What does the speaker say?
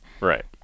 Right